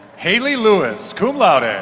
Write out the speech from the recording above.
haley lewis, cum laude. and